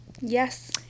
yes